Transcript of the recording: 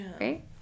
Right